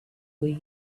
were